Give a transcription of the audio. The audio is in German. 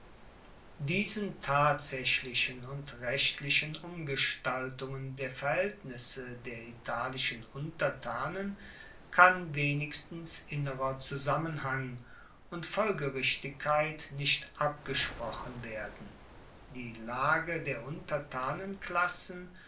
diesen tatsaechlichen und rechtlichen umgestaltungen der verhaeltnisse der italischen untertanen kann wenigstens innerer zusammenhang und folgerichtigkeit nicht abgesprochen wer den die lage der